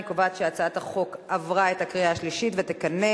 אני קובעת שהצעת החוק עברה בקריאה שלישית ותיכנס